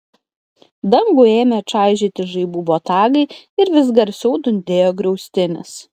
dangų ėmė čaižyti žaibų botagai ir vis garsiau dundėjo griaustinis